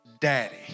Daddy